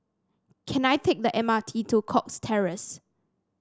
can I take the M R T to Cox Terrace